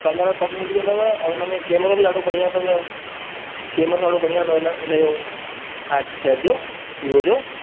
colour सभु मिली वेंदव अऊं इन में कैंमरो बि ॾाढो बढ़िया तव कैंमरो ॾाढो बढ़िया तव इन यो फाईव जी सेविन जो